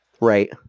Right